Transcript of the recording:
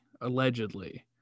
allegedly